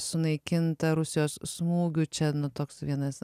sunaikinta rusijos smūgių čia toks vienas